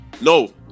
no